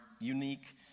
unique